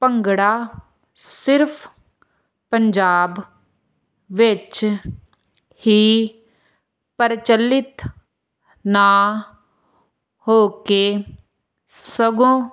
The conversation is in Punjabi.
ਭੰਗੜਾ ਸਿਰਫ ਪੰਜਾਬ ਵਿੱਚ ਹੀ ਪ੍ਰਚਿਲਤ ਨਾ ਹੋ ਕੇ ਸਗੋਂ